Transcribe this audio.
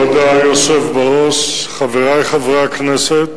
כבוד היושב בראש, חברי חברי הכנסת,